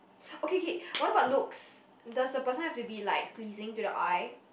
okay K what about looks does the person have to be like pleasing to your eye